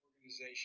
organization